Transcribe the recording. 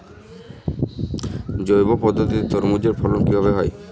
জৈব পদ্ধতিতে তরমুজের ফলন কিভাবে হয়?